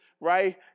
right